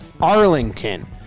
Arlington